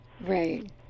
Right